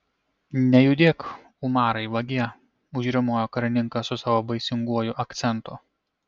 nejudėk umarai vagie užriaumojo karininkas su savo baisinguoju akcentu